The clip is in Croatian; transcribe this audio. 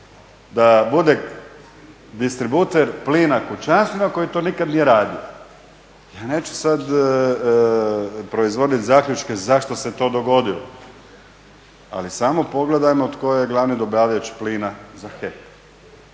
da bude distributer plina kućanstvima koji to nikad nije radio. Ja neću sad proizvodit zaključke zašto se to dogodilo, ali samo pogledajmo tko je glavni dobavljač plina za HEP.